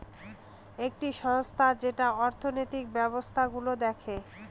একটি সংস্থা যেটা অর্থনৈতিক ব্যবস্থা গুলো দেখে